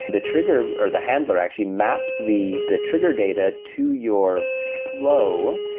the trigger or the handler actually maps the the trigger data to your flow,